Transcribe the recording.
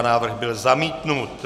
Návrh byl zamítnut.